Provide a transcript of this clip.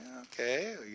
Okay